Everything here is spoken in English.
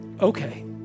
Okay